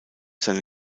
seine